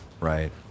Right